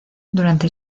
durante